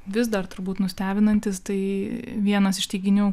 vis dar turbūt nustebinantis tai vienas iš teiginių